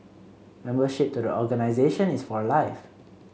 membership to the organisation is for life